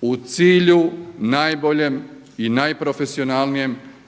u cilju najboljem i najprofesionalnijem